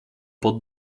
pod